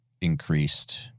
increased